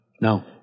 No